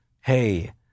hey